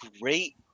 great